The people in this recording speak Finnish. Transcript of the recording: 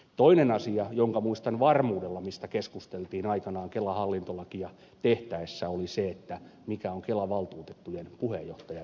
toinen asia jonka muistan varmuudella mistä keskusteltiin aikanaan kelan hallintolakia tehtäessä oli se mikä on kelan valtuutettujen puheenjohtajan rooli ja asema